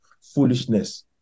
foolishness